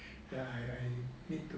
I I need to